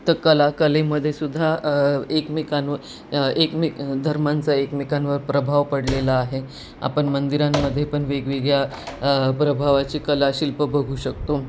तर कला कलेमध्ये सुद्धा एकमेकांवर एकमेक धर्मांचा एकमेकांवर प्रभाव पडलेला आहे आपण मंदिरांमध्ये पण वेगवेगळ्या प्रभावाची कला शिल्प बघू शकतो